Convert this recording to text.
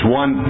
one